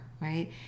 right